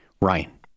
Ryan